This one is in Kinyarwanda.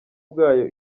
bwayo